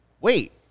Wait